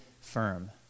firm